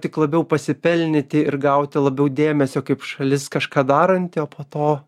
tik labiau pasipelnyti ir gauti labiau dėmesio kaip šalis kažką daranti o po to